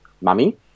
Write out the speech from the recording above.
mummy